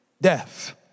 Death